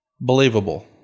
Believable